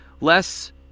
less